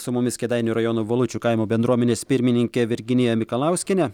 su mumis kėdainių rajono valučių kaimo bendruomenės pirmininkė virginija mikalauskienė